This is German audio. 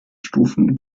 stufen